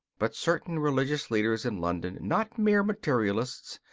but certain religious leaders in london, not mere materialists,